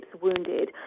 wounded